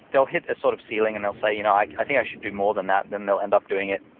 they'll hit a sort of ceiling and they'll say, you know i i think i should do more than that. then they'll end up doing it.